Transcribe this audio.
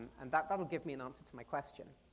and but that'll give me an answer to my question.